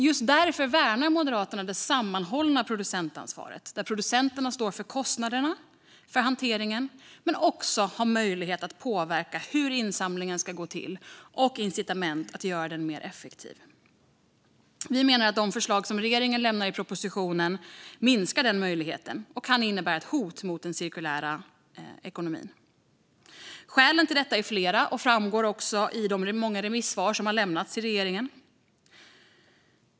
Just därför värnar Moderaterna det sammanhållna producentansvaret, där producenterna står för kostnaderna för hanteringen men också har möjlighet att påverka hur insamlingen ska gå till och incitament för att göra den mer effektiv. Vi menar att de förslag som regeringen lämnar i propositionen minskar denna möjlighet och att de kan innebära ett hot mot den cirkulära ekonomin. Skälen till detta är flera och framgår av de många remissvar som lämnats till regeringens bakomliggande utredning.